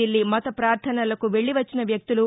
దిల్లీ మత పార్దనలకు వెల్లి వచ్చిన వ్యక్తులు